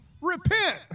repent